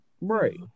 Right